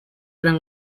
eran